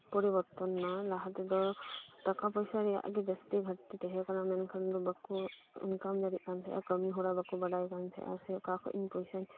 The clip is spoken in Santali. ᱯᱚᱨᱤᱵᱚᱨᱛᱚᱱ ᱱᱟ ᱞᱟᱦᱟᱛᱮ ᱴᱟᱠᱟ ᱯᱚᱭᱥᱟ ᱨᱮᱭᱟᱜ ᱜᱤ ᱡᱟᱹᱥᱛᱤ ᱜᱷᱟᱹᱲᱛᱤ ᱛᱟᱦᱮᱸ ᱠᱟᱱᱟ ᱢᱮᱱᱠᱷᱟᱱ ᱫᱚ ᱵᱟᱠᱩ ᱤᱱᱠᱟᱢ ᱫᱟᱲᱤᱜ ᱠᱟᱱᱛᱟᱦᱮᱸᱜ ᱟ ᱠᱟᱹᱢᱤᱦᱚᱨᱟ ᱵᱟᱠᱩ ᱵᱟᱲᱟᱭ ᱠᱟᱱᱛᱟᱦᱮᱸᱜ ᱟ ᱥᱮ ᱚᱠᱟᱠᱷᱚᱡ ᱯᱚᱭᱥᱟᱧ